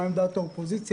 מה עמדת האופוזיציה,